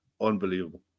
Unbelievable